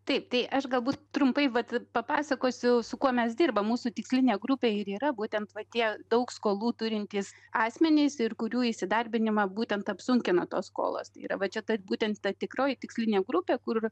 taip tai aš galbūt trumpai vat papasakosiu su kuo mes dirbam mūsų tikslinė grupė ir yra būtent va tie daug skolų turintys asmenys ir kurių įsidarbinimą būtent apsunkina tos skolos tai yra va čia tad būtent ta tikroji tikslinė grupė kur